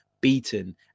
beaten